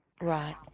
Right